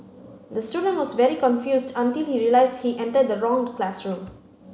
the student was very confused until he realised he entered the wrong classroom